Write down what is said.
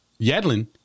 Yedlin